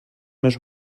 més